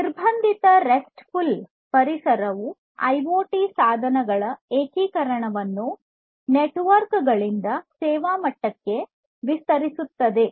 ನಿರ್ಬಂಧಿತ restful ಪರಿಸರವು IoT ಸಾಧನಗಳ ಏಕೀಕರಣವನ್ನು ನೆಟ್ವರ್ಕ್ಗಳಿಂದ ಸೇವಾ ಮಟ್ಟಕ್ಕೆ ವಿಸ್ತರಿಸುತ್ತದೆ